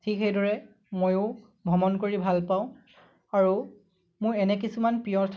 ঠিক সেইদৰে ময়ো ভ্ৰমণ কৰি ভালপাওঁ আৰু মোৰ এনে কিছুমান প্ৰিয়